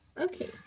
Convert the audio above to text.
okay